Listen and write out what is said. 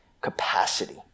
capacity